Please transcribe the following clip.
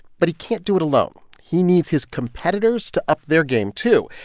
but he can't do it alone. he needs his competitors to up their game too,